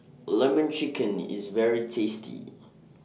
Lemon Chicken IS very tasty